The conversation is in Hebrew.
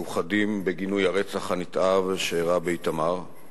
מאוחדים בגינוי הרצח הנתעב שאירע באיתמר,